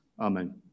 Amen